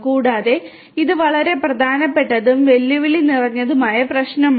കൂടാതെ ഇത് വളരെ പ്രധാനപ്പെട്ടതും വെല്ലുവിളി നിറഞ്ഞതുമായ പ്രശ്നമാണ്